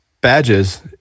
badges